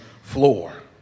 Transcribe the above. floor